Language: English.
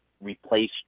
replace